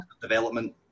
development